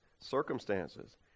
circumstances